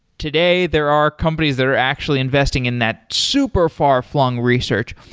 today there are companies that are actually investing in that super far-flung research.